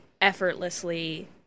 effortlessly